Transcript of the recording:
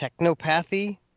Technopathy